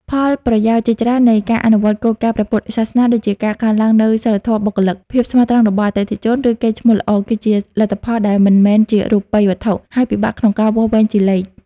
ផលប្រយោជន៍ជាច្រើននៃការអនុវត្តគោលការណ៍ព្រះពុទ្ធសាសនា ដូចជាការកើនឡើងនូវសីលធម៌បុគ្គលិក ភាពស្មោះត្រង់របស់អតិថិជន ឬកេរ្តិ៍ឈ្មោះល្អ គឺជា លទ្ធផលដែលមិនមែនជារូបិយវត្ថុ ហើយពិបាកក្នុងការវាស់វែងជាលេខ។